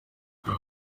ubu